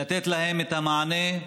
לתת להם את המענה.